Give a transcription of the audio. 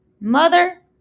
mother